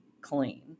clean